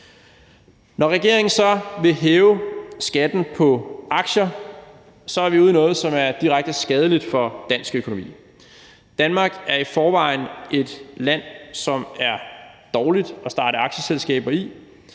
Når regeringen så vil hæve skatten på aktier, er vi ude i noget, som er direkte skadeligt for dansk økonomi. Danmark er i forvejen et land, som det er dårligt at starte aktieselskaber i.